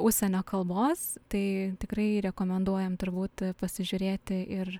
užsienio kalbos tai tikrai rekomenduojam turbūt pasižiūrėti ir